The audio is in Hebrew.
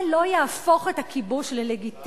זה לא יהפוך את הכיבוש ללגיטימי,